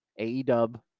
AEW